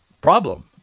problem